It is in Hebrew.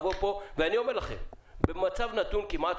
10. הממשלה הביאה תקנות וציינה שהיא מודעת